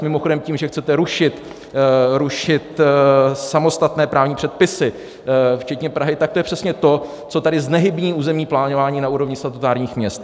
Mimochodem tím, že chcete rušit samostatné právní předpisy včetně Prahy, tak to je přesně to, co tady znehybní územní plánování na úrovni statutárních měst.